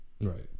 Right